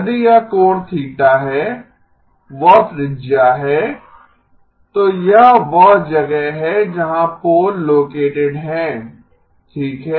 यदि यह कोण थीटा है वह त्रिज्या ¿ a∨¿ है तो यह वह जगह है जहां पोल लोकेटेड है ठीक है